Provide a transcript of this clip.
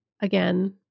again